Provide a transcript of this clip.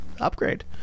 upgrade